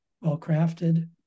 well-crafted